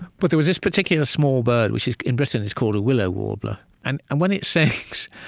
but there was this particular small bird, which in britain, it's called a willow warbler. and and when it sings,